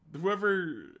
Whoever